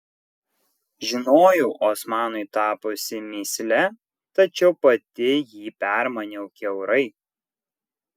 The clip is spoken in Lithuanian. žinojau osmanui tapusi mįsle tačiau pati jį permaniau kiaurai